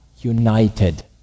united